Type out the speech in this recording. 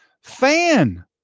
fan